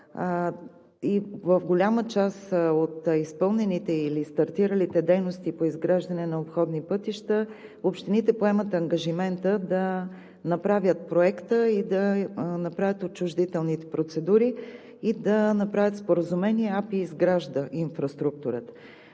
и в голяма част от изпълнените или стартиралите дейности по изграждане на обходни пътища общините поемат ангажимента да направят проекта и да направят отчуждителните процедури и да направят споразумения, АПИ изгражда инфраструктурата.